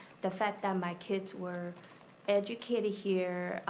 the fact that my kids were educated here,